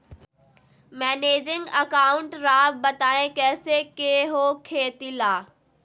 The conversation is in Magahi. मैनेजिंग अकाउंट राव बताएं कैसे के हो खेती ला?